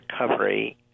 recovery